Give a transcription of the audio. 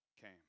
came